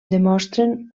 demostren